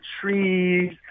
trees